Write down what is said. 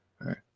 right